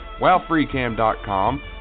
WowFreeCam.com